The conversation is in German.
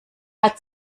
hat